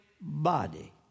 body